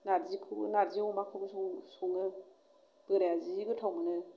नारजिखौबो नारजि अमाखौबो सङो बोराया जि गोथाव मोनो